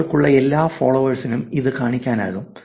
ആളുകൾക്കുള്ള എല്ലാ ഫോളോവേഴ്സിനും ഇത് കാണിക്കാനാകും